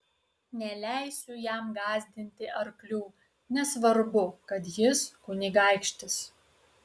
neleisiu jam gąsdinti arklių nesvarbu kad jis kunigaikštis